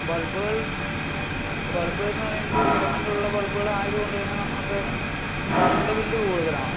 ബൾബുകൾ ബൾബ് എന്ന് പറയുന്നത് ഫിലമെൻറ്റുള്ള ബുൾബുകളായത് കൊണ്ട് തന്നെ നമുക്ക് കറൻറ്റ് ബിൽ കൂടുതലാണ്